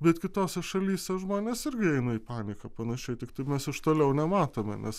bet kitose šalyse žmonės irgi eina į paniką panašiai tiktai mes iš toliau nematome nes